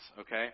okay